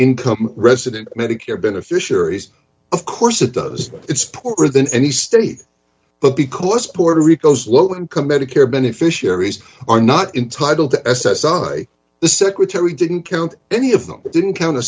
income resident medicare beneficiaries of course it does its poorer than any study but because puerto rico's low income medicare beneficiaries are not entitled to s s i the secretary didn't count any of them didn't count a